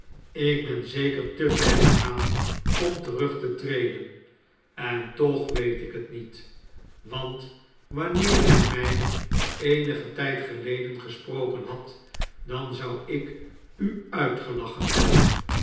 ik ben zeker te ver gegaan om terug te treden en toch weet ik het niet want wanneer gij mij eenigen tijd geleden gesproken hadt dan zou ik u uitgelachen hebben